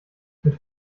mit